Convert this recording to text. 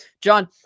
John